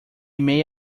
may